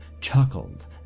chuckled